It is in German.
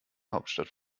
hauptstadt